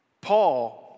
Paul